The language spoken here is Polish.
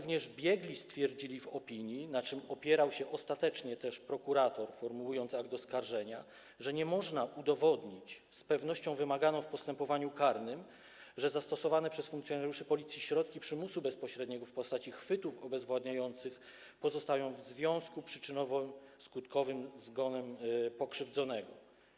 To biegli w opinii stwierdzili również, na czym ostatecznie opierał się prokurator, formułując akt oskarżenia, że nie można udowodnić z pewnością wymaganą w postępowaniu karnym, że zastosowane przez funkcjonariuszy Policji środki przymusu bezpośredniego w postaci chwytów obezwładniających pozostają w związku przyczynowo-skutkowym ze zgonem pokrzywdzonego.